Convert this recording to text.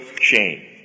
shame